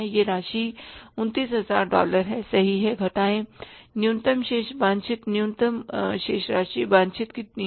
यह राशि 29000 डॉलर है सही घटाएं न्यूनतम शेष वांछित न्यूनतम शेष राशि वांछित कितनी है